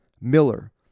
Miller